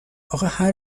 آخه